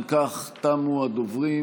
אם כך, תמו הדוברים.